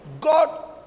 God